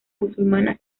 musulmana